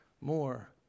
more